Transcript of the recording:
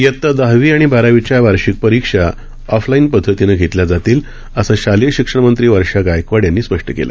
इयता दहावी आणि बारावीच्या वार्षिक परीक्षा ऑफलाईन पदधतीनं घेतल्या जातील असं शालेय शिक्षणमंत्री वर्षा गायकवाड यांनी स्पष्पं केलं